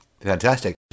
Fantastic